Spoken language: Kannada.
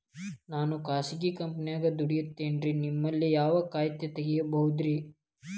ನಾನು ಖಾಸಗಿ ಕಂಪನ್ಯಾಗ ದುಡಿತೇನ್ರಿ, ನಿಮ್ಮಲ್ಲಿ ಯಾವ ಖಾತೆ ತೆಗಿಬಹುದ್ರಿ?